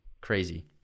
Crazy